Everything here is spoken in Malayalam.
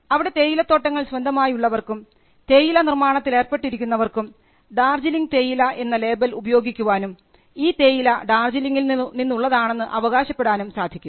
അവിടെ തേയിലത്തോട്ടങ്ങൾ സ്വന്തമായുള്ളവർക്കും തേയില നിർമ്മാണത്തിൽ ഏർപ്പെട്ടിരിക്കുന്നവർക്കും ഡാർജിലിങ് തേയില എന്ന ലേബൽ ഉപയോഗിക്കുവാനും ഈ തേയില ഡാർജിലിങ്ങിൽ നിന്നുള്ളതാണെന്ന് അവകാശപ്പെടാനും സാധിക്കും